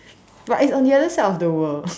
but it's on the other side of the world